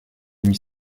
huit